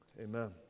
Amen